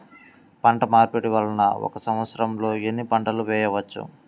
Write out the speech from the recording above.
పంటమార్పిడి వలన ఒక్క సంవత్సరంలో ఎన్ని పంటలు వేయవచ్చు?